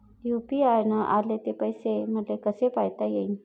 UPI न आले ते पैसे मले कसे पायता येईन?